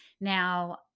Now